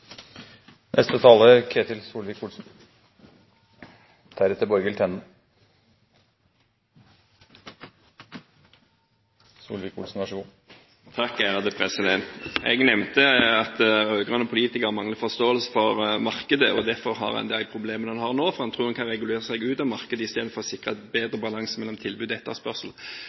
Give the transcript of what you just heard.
Jeg nevnte at rød-grønne politikere mangler forståelse for markedet. Derfor har en de problemene en har nå; en tror at en kan regulere seg ut av markedet i stedet for å sikre en bedre balanse mellom tilbud og etterspørsel.